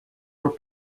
were